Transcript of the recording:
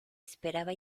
esperaba